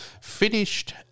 Finished